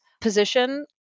position